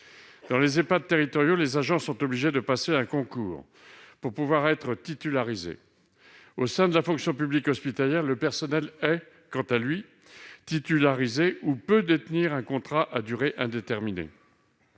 Dans les Ehpad territoriaux, les agents sont obligés de passer un concours pour pouvoir être titularisés, alors qu'au sein de la fonction publique hospitalière, le personnel est titularisé ou peut bénéficier d'un contrat à durée indéterminée.